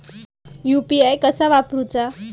UPI कसा वापरूचा?